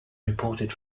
reported